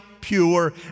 pure